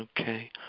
Okay